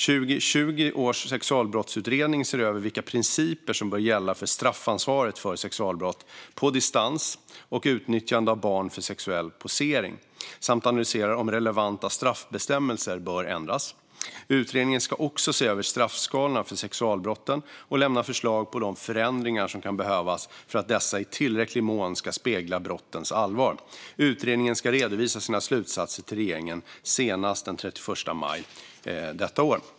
Sexualbrottsutredningen från 2020 ser över vilka principer som bör gälla för straffansvaret för sexualbrott på distans och utnyttjande av barn för sexuell posering samt analyserar om relevanta straffbestämmelser bör ändras. Utredningen ska också se över straffskalorna för sexualbrotten och lämna förslag på de förändringar som kan behövas för att dessa i tillräcklig mån ska spegla brottens allvar. Utredningen ska redovisa sina slutsatser till regeringen senast den 31 maj 2021.